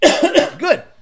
Good